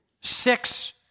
six